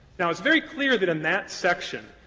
now, it's very clear that in that section,